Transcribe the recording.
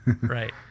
Right